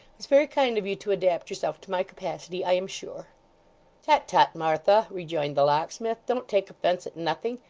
it's very kind of you to adapt yourself to my capacity, i am sure tut, tut, martha rejoined the locksmith don't take offence at nothing.